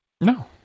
No